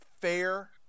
fair